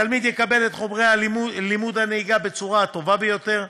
התלמיד יקבל את חומר לימוד הנהיגה בצורה הטובה ביותר,